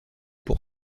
pour